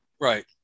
Right